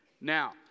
Now